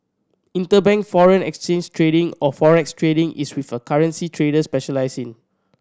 interbank foreign exchange trading or Forex trading is with a currency trader specialises in